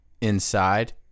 inside